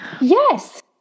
Yes